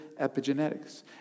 epigenetics